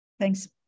Thanks